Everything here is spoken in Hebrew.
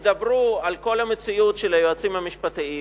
ידברו על כל המציאות של היועצים המשפטיים,